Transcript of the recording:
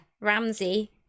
ramsey